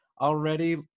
already